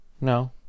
No